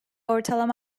ortalama